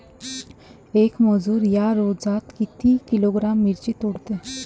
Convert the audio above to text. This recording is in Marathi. येक मजूर या रोजात किती किलोग्रॅम मिरची तोडते?